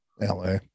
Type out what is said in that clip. LA